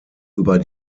über